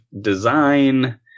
design